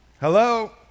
Hello